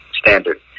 standard